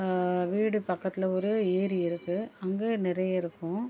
வீடு பக்கத்தில் ஒரு ஏரி இருக்குது அங்கே நிறைய இருக்கும்